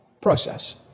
process